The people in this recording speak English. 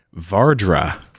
Vardra